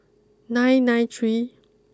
nine nine three